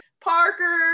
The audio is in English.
Parker